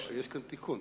לא, יש כאן תיקון.